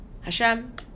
Hashem